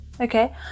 Okay